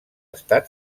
estat